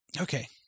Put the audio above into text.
Okay